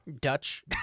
Dutch